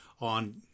on